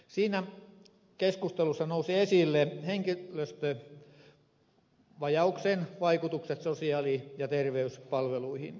siinä keskustelussa nousi esille henkilöstövajauksen vaikutukset sosiaali ja terveyspalveluihin